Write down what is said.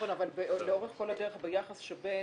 נכון, אבל לאורך כל הדרך ביחס שבין